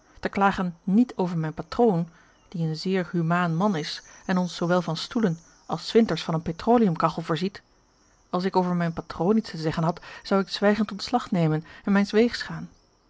te klagen nièt over mijn patroon die een zeer humaan man is en ons zoowel van stoelen als s winters van een petroleum kachel voorziet als ik over mijn patroon iets te zeggen had zou ik zwijgend ontslag nemen en mijns